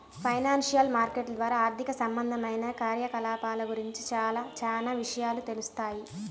financial మార్కెట్ల ద్వారా ఆర్థిక సంబంధమైన కార్యకలాపాల గురించి చానా విషయాలు తెలుత్తాయి